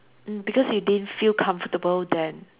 mm because we didn't feel comfortable then